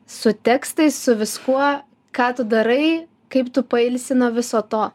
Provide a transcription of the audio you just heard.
su tekstais su viskuo ką tu darai kaip tu pailsi nuo viso to